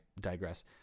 digress